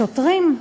השוטרים,